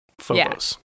photos